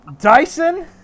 dyson